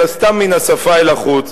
אלא סתם מהשפה אל החוץ.